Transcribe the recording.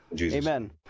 amen